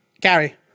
Gary